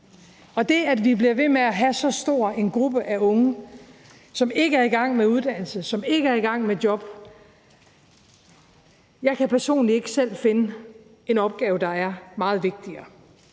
det, at vi bliver ved med at have så stor en gruppe af unge, som ikke er i gang med uddannelse, som ikke er i gang med job, kan jeg personligt ikke selv finde en opgave, der er meget vigtigere.